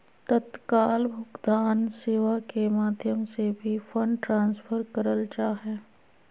तत्काल भुगतान सेवा के माध्यम से भी फंड ट्रांसफर करल जा हय